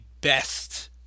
best